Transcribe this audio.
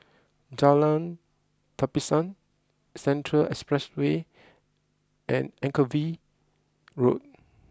Jalan Tapisan Central Expressway and Anchorvale Road